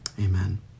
Amen